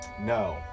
no